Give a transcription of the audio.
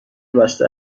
بسته